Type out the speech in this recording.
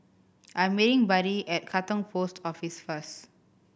I'm meeting Buddy at Katong Post Office first